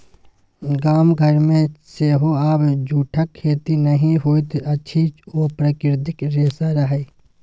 गाम घरमे सेहो आब जूटक खेती नहि होइत अछि ओ प्राकृतिक रेशा रहय